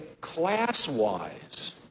class-wise